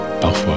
parfois